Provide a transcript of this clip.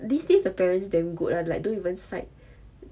these days the parents damn good lah like don't even side